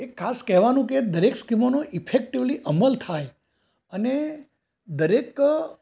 એક ખાસ કહેવાનું કે દરેક સ્કીમોનું ઇફૅક્ટિવલી અમલ થાય અને દરેક